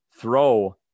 throw